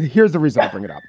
here's the reason i bring it up.